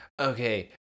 Okay